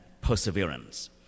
perseverance